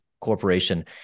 Corporation